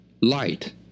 light